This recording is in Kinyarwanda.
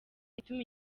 ituma